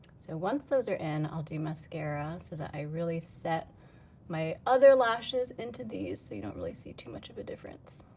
so once those are in, i'll do mascara so that i really set my other lashes into these you don't really see too much of a difference.